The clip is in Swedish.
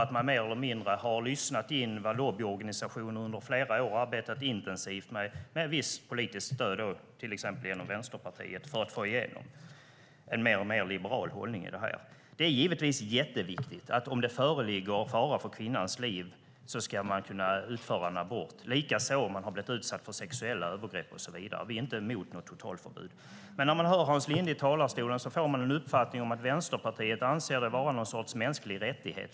Man har mer eller mindre lyssnat in vad lobbyorganisationer har arbetat intensivt med under flera år, med ett visst politiskt stöd från till exempel Vänsterpartiet, nämligen att få igenom en mer och mer liberal hållning. Det är givetvis jätteviktigt att man om det föreligger fara för kvinnans liv ska kunna utföra en abort, likaså om kvinnan har blivit utsatt för sexuella övergrepp och så vidare. Vi är inte för ett totalförbud. Men när man hör Hans Linde i talarstolen får man uppfattningen att Vänsterpartiet anser abort vara någon sorts mänsklig rättighet.